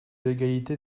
l’égalité